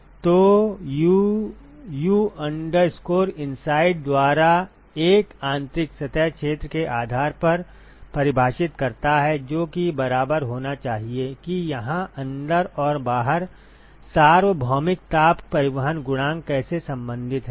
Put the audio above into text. तो U U inside द्वारा 1 आंतरिक सतह क्षेत्र के आधार पर परिभाषित करता है जो कि बराबर होना चाहिए कि यहां अंदर और बाहर सार्वभौमिक ताप परिवहन गुणांक कैसे संबंधित हैं